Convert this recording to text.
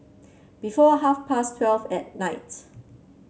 before half past twelve at night